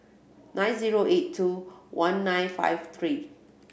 nine zero eight two one nine five three